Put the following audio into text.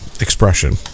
expression